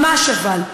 ממש אבל.